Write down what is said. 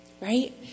Right